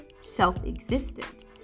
self-existent